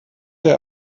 der